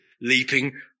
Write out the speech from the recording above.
leaping